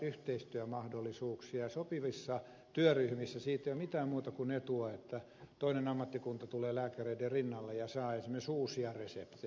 sopivissa työryhmissä siitä ei ole mitään muuta kuin etua että toinen ammattikunta tulee lääkäreiden rinnalle ja saa esimerkiksi uusia reseptejä